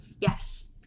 Yes